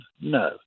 No